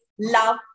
Love